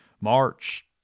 March